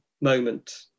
moment